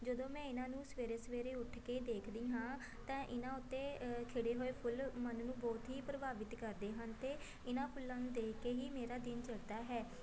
ਜਦੋਂ ਮੈਂ ਇਹਨਾਂ ਨੂੰ ਸਵੇਰੇ ਸਵੇਰੇ ਉੱਠ ਕੇ ਦੇਖਦੀ ਹਾਂ ਤਾਂ ਇਹਨਾਂ ਉੱਤੇ ਖਿੜੇ ਹੋਏ ਫੁੱਲ ਮਨ ਨੂੰ ਬਹੁਤ ਹੀ ਪ੍ਰਭਾਵਿਤ ਕਰਦੇ ਹਨ ਅਤੇ ਇਹਨਾਂ ਫੁੱਲਾਂ ਨੂੰ ਦੇਖ ਕੇ ਹੀ ਮੇਰਾ ਦਿਨ ਚੜ੍ਹਦਾ ਹੈ